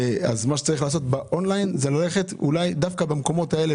אז מה שצריך לעשות באונליין זה ללכת אולי דווקא במקומות האלה,